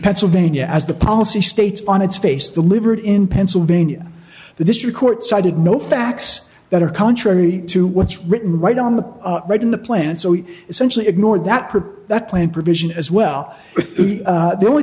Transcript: pennsylvania as the policy states on its face delivered in pennsylvania the district court cited no facts that are contrary to what's written right on the right in the plan so you essentially ignored that purpose that plan provision as well but the only